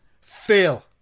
fail